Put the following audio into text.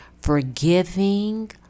Forgiving